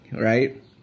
Right